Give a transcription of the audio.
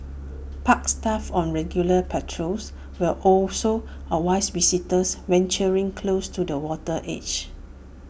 park staff on regular patrols will also advise visitors venturing close to the water's edge